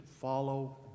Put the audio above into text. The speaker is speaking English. follow